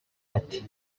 ati